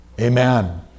Amen